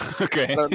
okay